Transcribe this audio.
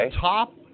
top